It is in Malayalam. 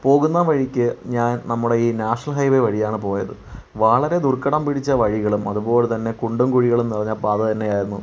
പോകുന്ന വഴിക്ക് ഞാൻ നമ്മുടെ ഈ നാഷണൽ ഹൈവേ വഴിയാണ് പോയത് വളരെ ദുർഘടം പിടിച്ച വഴികളും അതുപോലെ തന്നെ കുണ്ടും കുഴികളും നിറഞ്ഞ പാത തന്നെയായിരുന്നു